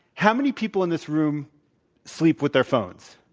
how many people in this room sleep with their phones?